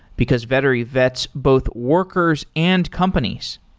because vettery vets both workers and companies.